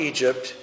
Egypt